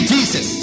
Jesus